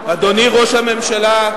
הממשלה,